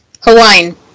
Hawaiian